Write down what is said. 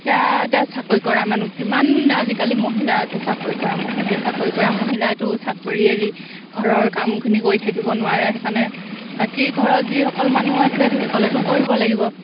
এতিয়া এতিয়া চাকৰি কৰা মানুহ কিমান আজিকালি মহিলা আছে চাকৰি কৰা মহিলা সেই চাকৰি কৰা মহিলাইটো চাকৰি এৰি ঘৰৰ কামখিনি কৰি থাকিব নোৱাৰে সেইকাৰণে বাকী ঘৰৰ যিসকল মানুহ আছে সেইসকলেতো কৰিব লাগিব